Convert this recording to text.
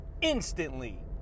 instantly